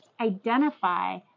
identify